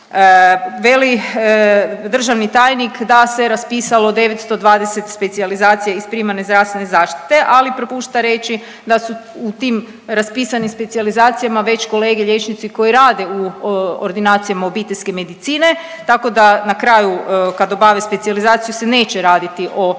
Veli državni tajnik da se raspisalo 920 specijalizacija iz primarne zdravstvene zaštite, ali propušta reći da su u tim raspisanim specijalizacijama već kolege liječnici koji rade u ordinacijama obiteljske medicine, tako da na kraju kad obave specijalizaciju se neće raditi neto